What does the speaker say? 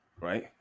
right